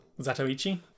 Zatoichi